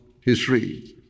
history